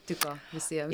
tiko visiems